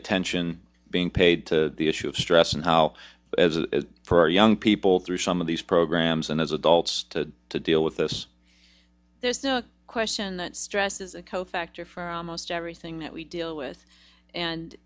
attention being paid to the issue of stress and how as for our young people through some of these programs and as adults to deal with this there's no question that stress is a co factor for almost everything that we deal with and